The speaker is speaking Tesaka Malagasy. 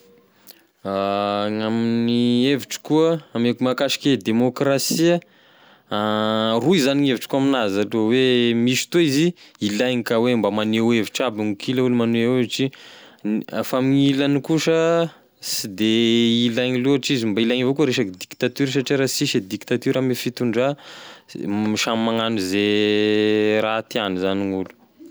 Gn'amigny evitriko koa ame k- mahakasiky e demôkrasia roy zagny gn'evitriko aminazy aloha hoe misy fotoa izy ilaigny ka mba hoe magneho hevitry aby kila olo magneho hevitry fa amin'ny ilany kosa sy de ilaigny loatry izy mba ilaigny avao koa resaky dictature satria raha sisy e dictature ame fitondra samy magnano ze raha tiàgny zany gn'olo.